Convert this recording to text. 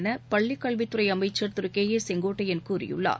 என பள்ளிக்கல்வித்துறை அமைச்சர் திரு கே ஏ செங்கோட்டையன் கூறியுள்ளார்